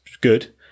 good